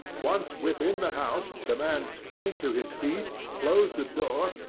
once within the house the man sprang to his feet, closed the door,